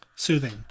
soothing